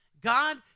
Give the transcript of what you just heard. God